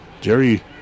Jerry